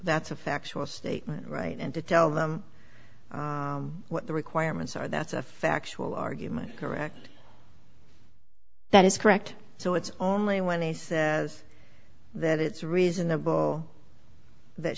that's a factual statement right and to tell them what the requirements are that's a factual argument correct that is correct so it's only when he says that it's reasonable that